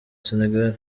senegal